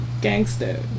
Gangster